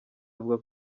avuga